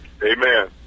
Amen